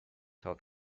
health